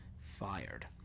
fired